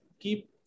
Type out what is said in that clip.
keep